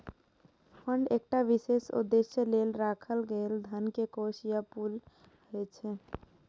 fund एकटा विशेष उद्देश्यक लेल राखल गेल धन के कोष या पुल होइ छै